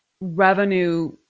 revenue